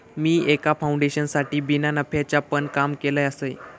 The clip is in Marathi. मी एका फाउंडेशनसाठी बिना नफ्याचा पण काम केलय आसय